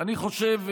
אני חושב,